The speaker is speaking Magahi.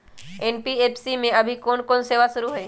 एन.बी.एफ.सी में अभी कोन कोन सेवा शुरु हई?